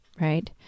right